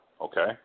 Okay